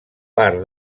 part